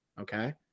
Okay